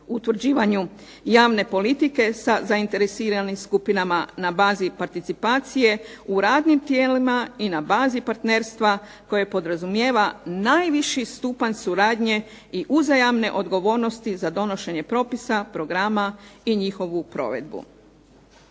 utvrđivanju javne politike sa zainteresiranim skupinama na bazi participacije u radnim tijelima i na bazi partnerstva koje podrazumijeva najviši stupanj suradnje i uzajamne odgovornosti za donošenje propisa, programa i njihovu provedbu.